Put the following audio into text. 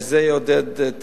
וזה יעודד את